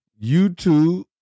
YouTube